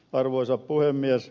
arvoisa puhemies